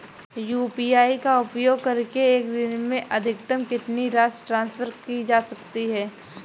UPI का उपयोग करके एक दिन में अधिकतम कितनी राशि ट्रांसफर की जा सकती है?